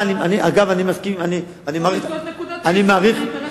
צריך למצוא את נקודת האיזון בין האינטרס,